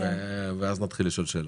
ואז נשאל את השאלות.